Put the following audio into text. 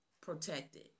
protected